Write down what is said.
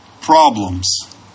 problems